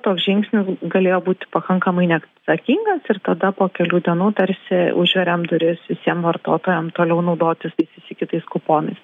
toks žingsnis galėjo būti pakankamai neatsakingas ir tada po kelių dienų tarsi užveriam duris visiem vartotojam toliau naudotis įsigytais kuponais